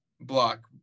block